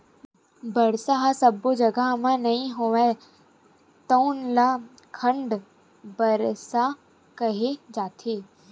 बरसा ह सब्बो जघा म नइ होवय तउन ल खंड बरसा केहे जाथे